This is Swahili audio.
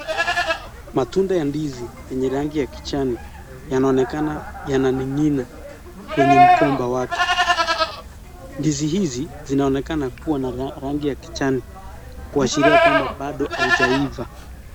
Marunda ya ndizi yenye rangi ya kijani, yanaonekana yananing'ina kwenye mgomba wake, ndizi hizi zinaonekana kuwa na rangi ya kijani, kuashiria kwamba bado haujaiva.